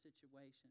situation